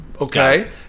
Okay